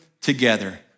together